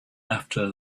after